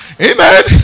Amen